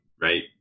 right